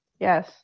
Yes